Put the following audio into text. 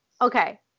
Okay